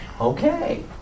Okay